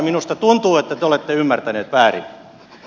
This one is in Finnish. minusta tuntuu että te olette ymmärtäneet väärin